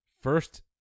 first